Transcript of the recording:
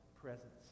presence